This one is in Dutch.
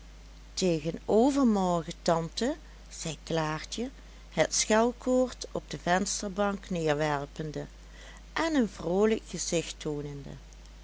tegen overmorgen tante zei klaartje het schelkoord op de vensterbank neerwerpende en een vroolijk gezicht toonende